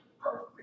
perfect